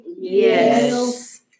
Yes